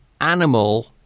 animal